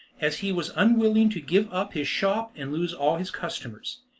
as he was unwilling to give up his shop, and lose all his customers.